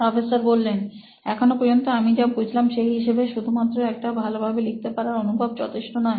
professor এখনো পর্যন্ত আমি যা বুঝলাম সেই হিসেবে শুধুমাত্র একটা ভালোভাবে লিখতে পারার অনুভব যথেষ্ট নয়